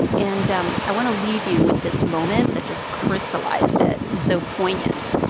and um i want to leave you with this moment that just crystallized it. it was so poignant.